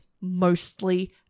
mostly